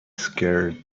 scared